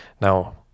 now